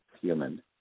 human